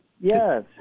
Yes